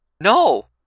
No